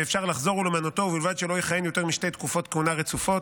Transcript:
ואפשר לחזור ולמנותו ובלבד שלא יכהן יותר משתי תקופות כהונה רצופות.